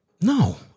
No